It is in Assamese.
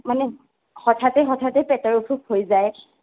মানে হঠাতে হঠাতে পেটৰ অসুখ হৈ যায়